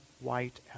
white